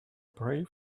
pray